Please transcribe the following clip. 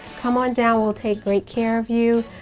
come on down, we'll take great care of you.